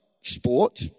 sport